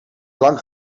lang